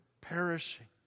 perishing